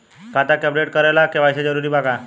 खाता के अपडेट करे ला के.वाइ.सी जरूरी बा का?